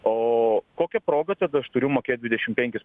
o kokia proga tada aš turiu mokėt dvidešim penkis